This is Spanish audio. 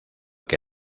que